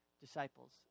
disciples